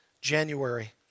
January